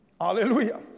Hallelujah